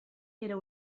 era